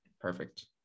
Perfect